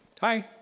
hi